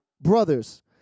brothers